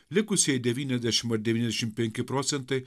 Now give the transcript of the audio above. likusieji devyniasdešim ar devyniasdešim penki procentai